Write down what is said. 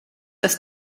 das